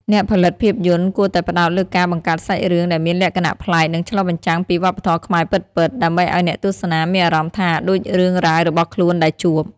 អ្នកផលិតភាពយន្តគួរតែផ្តោតលើការបង្កើតសាច់រឿងដែលមានលក្ខណៈប្លែក និងឆ្លុះបញ្ចាំងពីវប្បធម៌ខ្មែរពិតៗ ដើម្បីឲ្យអ្នកទស្សនាមានអារម្មណ៍ថាដូចរឿងរ៉ាវរបស់ខ្លួនដែលជួប។